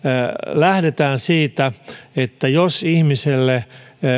lähdetään siitä että jos ihmiselle